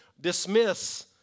dismiss